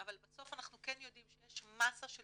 אבל בסוף אנחנו כן יודעים שיש מסה של